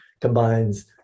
combines